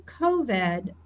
COVID